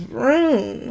room